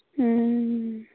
ᱦᱮᱸ ᱻ